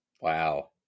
Wow